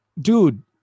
dude